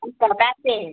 मी पता ऐ ते